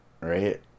right